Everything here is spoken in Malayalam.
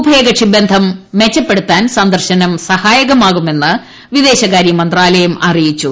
ഉഭയകക്ഷി ബന്ധം മെച്ചപ്പെടുത്താൻ സന്ദർശനം സഹായകമാകുമെന്ന് വിദേശകാര്യ മന്ത്രാലയം അറിയിച്ചു